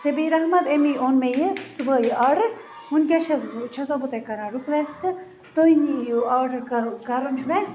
شبیٖر احمد ایٚمی اوٚن مےٚ یہِ صُبحٲے یہِ آڈَر ونکٮ۪س چھَس چھَسو بہٕ تۄہہِ کَران رِکویٚسٹ تُہۍ نِیِو آڈَر کرُن چھُ مےٚ